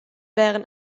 wären